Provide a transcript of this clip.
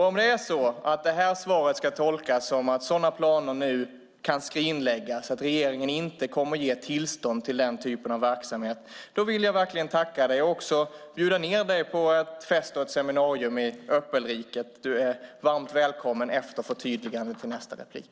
Om svaret ska tolkas som att sådana planer nu kan skrinläggas och att regeringen inte kommer att ge tillstånd till den typen av verksamhet vill jag verkligen tacka dig. Jag vill också bjuda ned dig på en fest och ett seminarium i Äppelriket. Du är varmt välkommen efter förtydligandet i nästa replik.